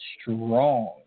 strong